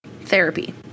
therapy